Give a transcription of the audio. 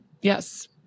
Yes